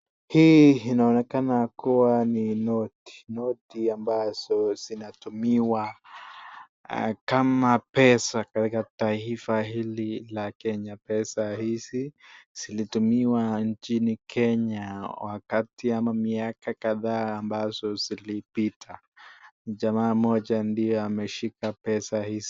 Hii inaonekana kuwa ni noti. Noti ambazo zinazotumiwa kama pesa katika taifa hili la Kenya. Pesa hizi zilitumiwa nchini Kenya wakati au miaka kadhaa ambazo zilipita. Jamaa moja ndiye ameshika pesa hizi.